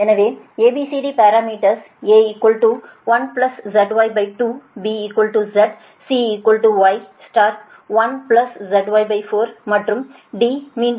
எனவே ABCD parameters A 1ZY 2 B Z C Y1ZY 4 மற்றும் D மீண்டும் A 1ZY 2